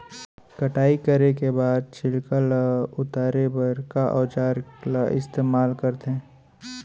कटाई करे के बाद छिलका ल उतारे बर का औजार ल इस्तेमाल करथे?